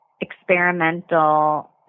experimental